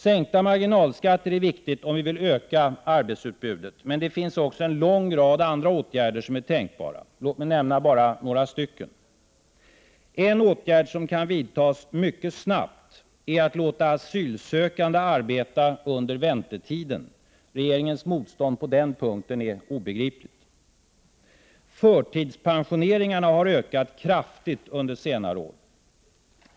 Sänkta marginalskatter är viktigt om vi vill öka arbetsutbudet, men det finns en lång rad andra åtgärder som är tänkbara. Låt mig bara nämna några. En åtgärd som kan vidtas mycket snabbt är att låta asylsökande arbeta under väntetiden. Regeringens motstånd på den punkten är obegripligt. Förtidspensioneringarna har ökat kraftigt under senare år.